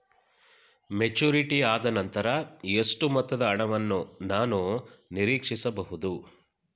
Maturity ಆದನಂತರ ಎಷ್ಟು ಮೊತ್ತದ ಹಣವನ್ನು ನಾನು ನೀರೀಕ್ಷಿಸ ಬಹುದು?